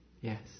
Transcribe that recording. Yes